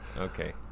Okay